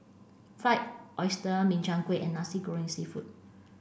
Fried Oyster Min Chiang Kueh and Nasi Goreng Seafood